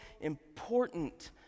important